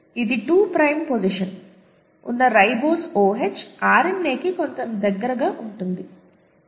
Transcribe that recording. ఇది 2 prime position ఉన్న ribose OH RNAకి కొంత దగ్గరగా ఉంటుంది